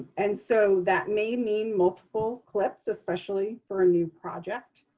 and so that may mean multiple clips, especially for a new project.